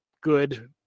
good